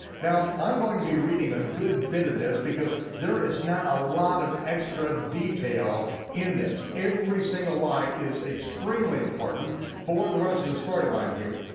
now, i'm going to be reading a good bit of this because there is not a lot of extra detail in this. every single line is extremely important for the rest of the storyline here.